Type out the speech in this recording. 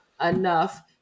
enough